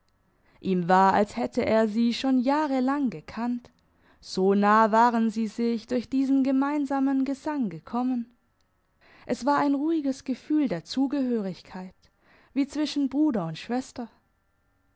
ihm war als hätte er sie schon jahrelang gekannt so nah waren sie sich durch diesen gemeinsamen gesang gekommen es war ein ruhiges gefühl der zugehörigkeit wie zwischen bruder und schwester